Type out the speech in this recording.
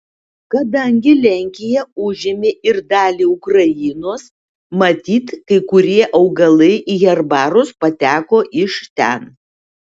kadangi lenkija užėmė ir dalį ukrainos matyt kai kurie augalai į herbarus pateko iš ten